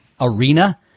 arena